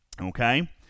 okay